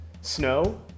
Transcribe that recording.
snow